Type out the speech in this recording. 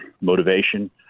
motivation